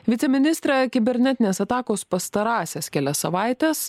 viceministre kibernetinės atakos pastarąsias kelias savaites